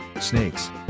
snakes